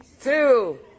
two